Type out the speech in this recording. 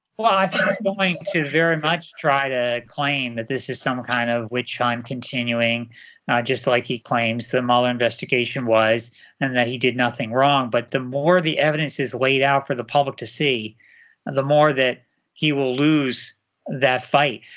like going to very much try to claim that this is some kind of witch hunt, continuing just like he claims the mueller investigation was, and that he did nothing wrong. but the more the evidence is laid out for the public to see, and the more that he will lose that fight.